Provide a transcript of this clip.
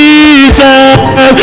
Jesus